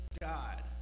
God